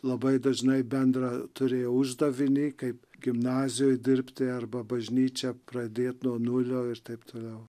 labai dažnai bendra turėjo uždavinį kaip gimnazijoj dirbti arba bažnyčią pradėt nuo nulio ir taip toliau